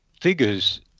figures